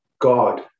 God